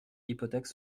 hypothèque